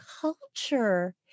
culture